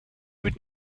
would